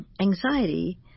anxiety